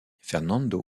fernando